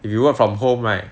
if you work from home right